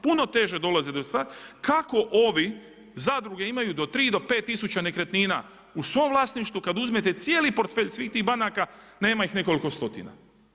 Puno teže dolaze do sredstava kako ovi zadruge imaju do 3 do 5 tisuća nekretnina u svom vlasništvu kad uzmete cijeli portfelj svih tih banaka, nema ih nekoliko stotina.